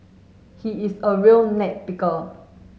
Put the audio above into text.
he is a real neck picker